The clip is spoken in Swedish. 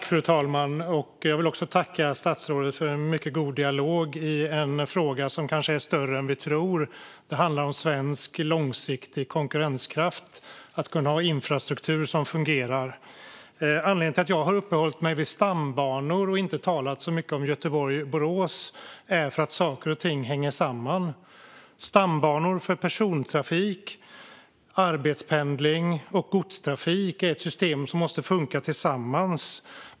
Fru talman! Jag vill tacka statsrådet för en mycket god dialog i en fråga som kanske är större än vi tror. Det handlar om svensk långsiktig konkurrenskraft och att ha infrastruktur som fungerar. Anledningen till att jag har uppehållit mig vid stambanor och inte talat så mycket om Göteborg-Borås är att saker och ting hänger samman. Stambanor för persontrafik, arbetspendling och godstrafik är ett system som måste funka tillsammans.